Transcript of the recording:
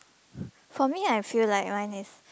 for me I feel like Ryan is